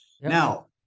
Now